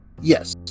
Yes